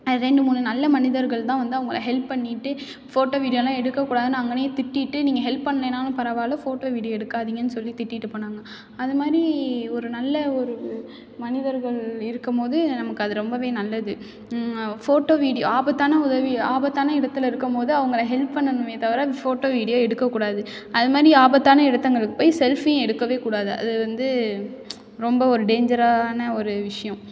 ரெண்டு மூணு நல்ல மனிதர்கள் தான் வந்து அவங்க ஹெல்ப் பண்ணிவிட்டு ஃபோட்டோ வீடியோலாம் எடுக்கக்கூடாதுன்னு அங்கயே திட்டிவிட்டு நீங்கள் ஹெல்ப் பண்ணலேனாலும் பரவாயில்ல ஃபோட்டோ வீடியோ எடுக்காதிங்கன்னு சொல்லி திட்டிவிட்டு போனாங்க அது மாதிரி ஒரு நல்ல ஒரு மனிதர்கள் இருக்கும்மோது நமக்கு அது ரொம்ப நல்லது ஃபோட்டோ வீடியோ ஆபத்தான உதவி ஆபத்தான இடத்தில் இருக்கும்மோது அவங்க ஹெல்ப் பண்ணணுமே தவிர ஃபோட்டோ வீடியோ எடுக்கக்கூடாது அது மாதிரி ஆபத்தான இடத்துங்களுக்கு போய் செல்ஃபியும் எடுக்க கூடாது அது வந்து ரொம்ப ஒரு டேஞ்ஜரான ஒரு விஷியம்